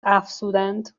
افزودند